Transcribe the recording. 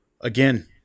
again